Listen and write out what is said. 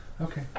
Okay